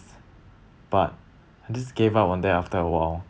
but I just gave up on that after a while